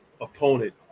opponent